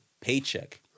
paycheck